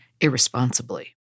irresponsibly